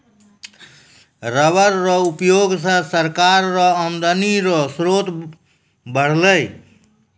rubber रो उयोग से सरकार रो आमदनी रो स्रोत बरलै